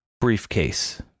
briefcase